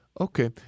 okay